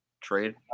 Trade